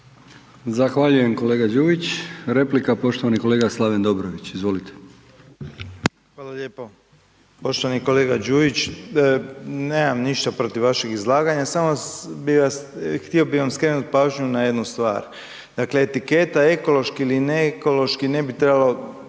Zahvaljujem kolega Đujić. Replika poštovani kolega Slaven Dobrović, izvolite. **Dobrović, Slaven (MOST)** Hvala lijepo. Poštovani kolega Đujić, nemam ništa protiv vašeg izlaganja, samo bi vas, htio bi vam skrenut pažnju na jednu stvar. Dakle, etiketa ekološki ili ne ekološki ne bi trebalo